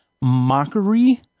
mockery